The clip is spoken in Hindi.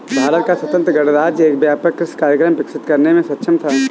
भारत का स्वतंत्र गणराज्य एक व्यापक कृषि कार्यक्रम विकसित करने में सक्षम था